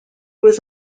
was